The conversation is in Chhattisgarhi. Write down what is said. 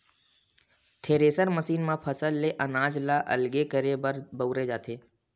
थेरेसर मसीन म फसल ले अनाज ल अलगे करे बर बउरे जाथे